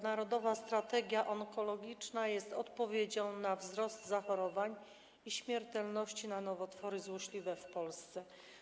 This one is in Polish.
Narodowa Strategia Onkologiczna jest odpowiedzią na wzrost zachorowań i umieralności na nowotwory złośliwe w Polsce.